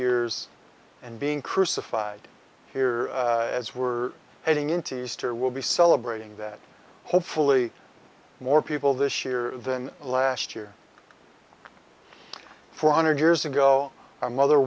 years and being crucified here as we're heading into easter we'll be celebrating that hopefully more people this year than last year four hundred years ago our mother